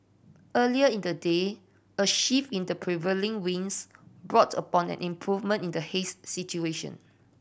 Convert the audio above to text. earlier in the day a shift in the prevailing winds brought about an improvement in the haze situation